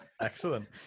excellent